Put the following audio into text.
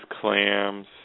clams